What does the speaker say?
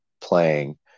playing